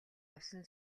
явсан